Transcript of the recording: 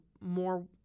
more